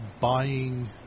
buying